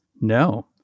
No